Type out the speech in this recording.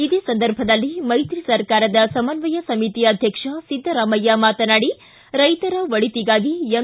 ಇದೇ ಸಂದರ್ಭದಲ್ಲಿ ಮೈತ್ರಿ ಸರ್ಕಾರದ ಸಮನ್ವಯ ಸಮಿತಿ ಅಧ್ಯಕ್ಷ ಸಿದ್ದರಾಮಯ್ಯ ಮಾತನಾಡಿ ರೈತರ ಒಳಿಗಾಗಿ ಎಂ